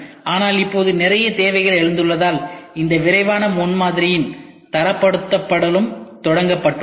ஆனால் இப்போது நிறைய தேவைகள் எழுந்துள்ளதால் இந்த விரைவான முன்மாதிரியின் தரப்படுத்தலும் தொடங்கப்பட்டுள்ளது